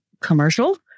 commercial